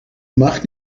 mag